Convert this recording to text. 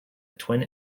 twin